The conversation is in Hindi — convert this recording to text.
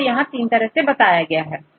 जैसे यहां 3 तरह से बताया गया है